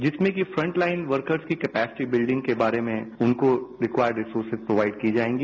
जिसमें कि frontline workers की कैपेसिटी बिल्डिंग के बारे में उनको रिक्वार्ड रिर्सोसेस प्रोवाईड की जायेगी